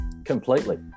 Completely